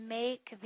make